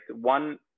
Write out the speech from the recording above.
One